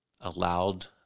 allowed